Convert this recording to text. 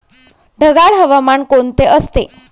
ढगाळ हवामान कोणते असते?